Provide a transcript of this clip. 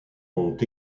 ont